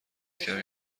کمی